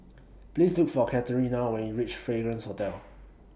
Please Look For Katerina when YOU REACH Fragrance Hotel